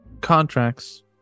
contracts